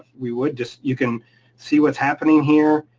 we would just. you can see what's happening here,